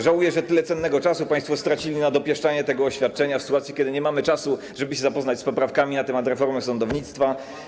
Żałuję, że tyle cennego czasu państwo stracili na dopieszczanie tego oświadczenia, w sytuacji gdy nie mamy czasu, żeby się zapoznać z poprawkami dotyczącymi reformy sądownictwa.